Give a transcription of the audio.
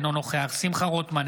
אינו נוכח שמחה רוטמן,